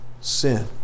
sin